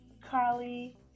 Carly